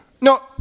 No